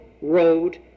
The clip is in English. road